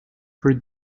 for